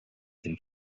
and